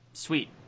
Sweet